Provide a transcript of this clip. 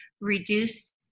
reduce